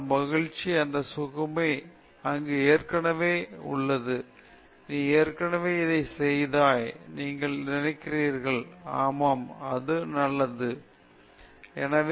எனவே அந்த மகிழ்ச்சி அந்த சுகமே அங்கு ஏற்கனவே உள்ளது நீ ஏற்கனவே இதை செய்தாய் நீங்கள் நினைக்கிறீர்கள் ஆமாம் அது நல்லது நீங்கள் நினைக்கிறீர்கள் ஆமாம் அது நல்லது என் கடின உழைப்பு எல்லாம் உள்ளது நாம் கண்டுபிடிப்போம் அது சரி என்று ஏற்றுக்கொள்ள ஒரு பத்திரிகை இருப்போம்